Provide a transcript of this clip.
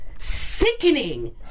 sickening